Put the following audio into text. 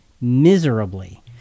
miserably